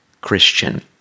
Christian